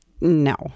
no